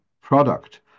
product